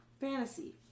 fantasy